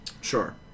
Sure